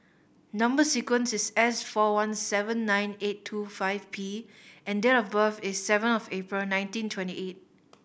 number sequence is S four one seven nine eight two five P and date of birth is seven of April nineteen twenty eight